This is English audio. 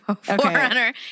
forerunner